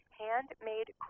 handmade